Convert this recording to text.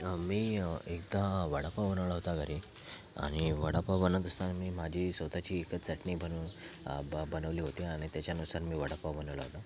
मी एकदा वडापाव बनवला होता घरी आणि वडापाव बनवत असताना माझी स्वतःची एक चटणी पण ब बनवली होती आणि त्याच्यानुसार मी वडापाव बनवला होता